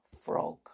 frog